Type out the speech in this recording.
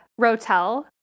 Rotel